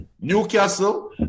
Newcastle